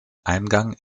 eingang